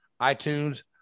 iTunes